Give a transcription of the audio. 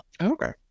okay